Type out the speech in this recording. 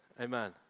amen